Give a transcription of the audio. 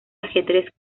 ajedrez